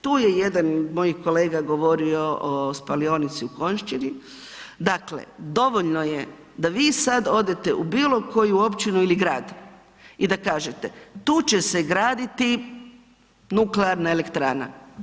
Tu je jedan moj kolega govorio o spalionici u Konjščini, dakle, dovoljno je da vi sad odete u bilo koju općinu ili grad i da kažete, tu će se graditi nuklearna elektrana.